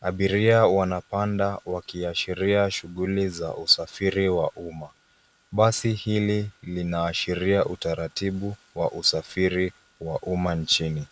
Abiria wanapanda wakiashiria shughuli za usafiri wa uma. Basi hili linaashiria utaratibu wa usafiri wa uma nchini.